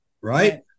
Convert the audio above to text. Right